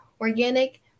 organic